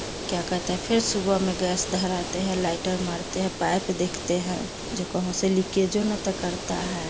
क्या कहते हैं फिर सुबह में गैस धराते हैं लाइटर मारते है पाइप देखते हैं जो कहीं से लीकेजो ना तो करता है